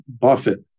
Buffett